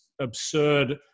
absurd